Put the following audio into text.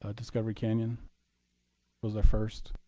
ah discovery canyon was our first.